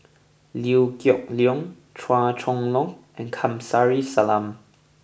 Liew Geok Leong Chua Chong Long and Kamsari Salam